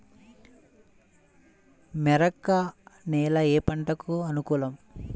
మెరక నేల ఏ పంటకు అనుకూలం?